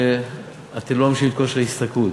מכיוון שאתן לא מממשות את כושר ההשתכרות.